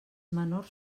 menors